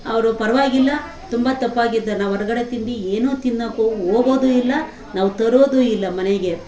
ಅವರು ಪರವಾಗಿಲ್ಲ ತುಂಬ ದಪ್ಪ ಆಗಿದ್ದಾನೆ ಹೊರ್ಗಡೆ ತಿಂಡಿ ಏನು ತಿನ್ನೋಕು ಹೋಗೋದು ಇಲ್ಲ ನಾವು ತರೋದು ಇಲ್ಲ ಮನೆಗೆ